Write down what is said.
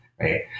right